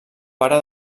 pare